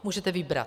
Můžete vybrat.